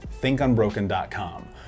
thinkunbroken.com